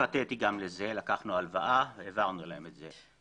מכנופיית עורכי הדין שהסתובבה במשרדים מפוארים של שלוש קומות.